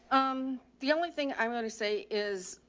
um, the only thing i want to say is